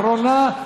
אחרונה,